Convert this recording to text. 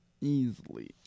Easily